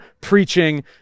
preaching